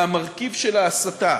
מהמרכיב של ההסתה